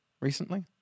recently